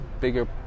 bigger